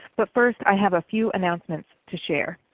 but first i have a few announcements to share.